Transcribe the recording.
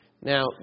Now